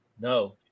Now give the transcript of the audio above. No